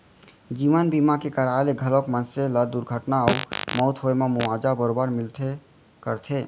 जीवन बीमा के कराय ले घलौक मनसे ल दुरघटना अउ मउत होए म मुवाजा बरोबर मिलबे करथे